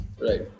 Right